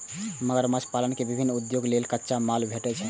मगरमच्छ पालन सं विभिन्न उद्योग लेल कच्चा माल भेटै छै